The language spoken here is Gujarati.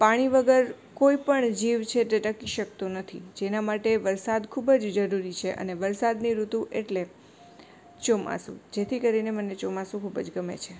પાણી વગર કોઇપણ જીવ છે તે ટકી શકતો નથી જેના માટે વરસાદ ખૂબ જ જરૂરી છે અને વરસાદની ઋતુ એટલે ચોમાસુ જેથી કરીને મને ચોમાસુ ખૂબ જ ગમે છે